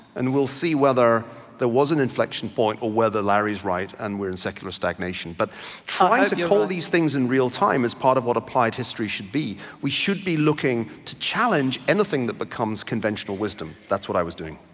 and we'll see whether there was an inflexion point or whether larry's right and we're in secular stagnation, but trying all these things in real time is part of what applied history should be. we should be looking to challenge anything that becomes conventional wisdom. that's what i was doing.